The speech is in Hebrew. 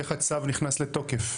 איך הצו נכנס לתוקף?